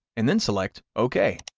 and then select ok.